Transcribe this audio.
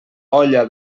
olla